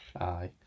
Aye